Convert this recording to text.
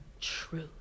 truth